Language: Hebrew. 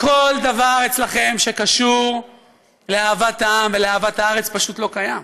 כל דבר אצלכם שקשור לאהבת העם ולאהבת הארץ פשוט לא קיים.